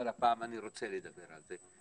אבל הפעם אני רוצה לדבר על זה.